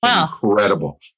incredible